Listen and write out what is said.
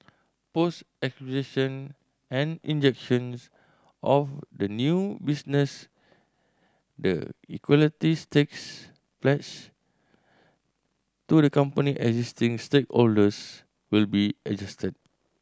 post acquisition and injections of the new business the equity stakes pledged to the company existing stakeholders will be adjusted